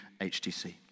HTC